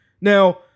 Now